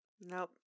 Nope